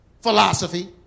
philosophy